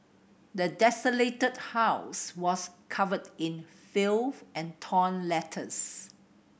the desolated house was covered in filth and torn letters